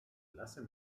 lasse